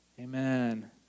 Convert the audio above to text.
amen